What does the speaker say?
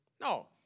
No